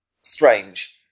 strange